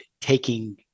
Taking